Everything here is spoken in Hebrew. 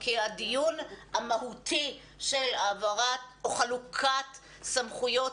כי הדיון המהותי של העברת או חלוקת סמכויות